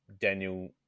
daniel